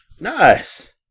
Nice